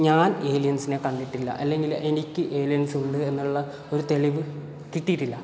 ഞാൻ ഏലിയൻസിനെ കണ്ടിട്ടില്ല അല്ലെങ്കിൽ എനിക്ക് ഏലിയൻസ് ഉണ്ട് എന്നുള്ള ഒരു തെളിവ് കിട്ടീട്ടില്ല